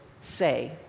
say